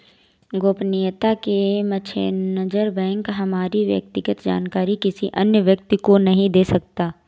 गोपनीयता के मद्देनजर बैंक हमारी व्यक्तिगत जानकारी किसी अन्य व्यक्ति को नहीं दे सकता